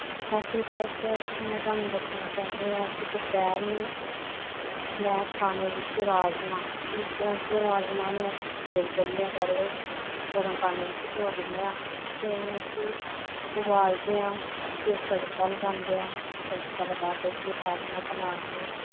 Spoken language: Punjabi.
ਸਤਿ ਸ਼੍ਰੀ ਅਕਾਲ ਸਰ ਮੈਂ ਤੁਹਾਨੂੰ ਦੱਸਣਾ ਚਾਹੁੰਦੀ ਹਾਂ ਕਿ ਦੁਪਹਿਰ ਨੂੰ ਮੈਂ ਖਾਣੇ ਵਿੱਚ ਰਾਜਮਾਹ ਜਿਸ ਤਰ੍ਹਾਂ ਕਿ ਰਾਜਮਾਹ ਨੂੰ ਅਸੀਂ ਛੇੜ ਦਿੰਦੇ ਹਾਂ ਪਹਿਲਾਂ ਗਰਮ ਪਾਣੀ ਵਿੱਚ ਭਿਓ ਦਿੰਦੇ ਹਾਂ ਫਿਰ ਉਸ ਨੂੰ ਅਸੀ ਉਬਾਲਦੇ ਹਾਂ ਫਿਰ ਤੜਕਾ ਲਗਾਉਂਦੇ ਹਾਂ ਤੜਕਾ ਲਗਾ ਕੇ ਫਿਰ ਰਾਜਮਾਹ ਬਣਾ ਕੇ